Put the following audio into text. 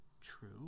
true